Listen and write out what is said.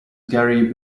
gary